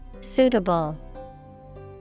Suitable